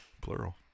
plural